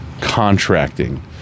contracting